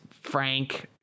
frank